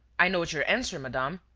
i note your answer, madame,